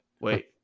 Wait